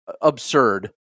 absurd